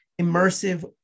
immersive